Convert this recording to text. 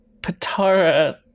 patara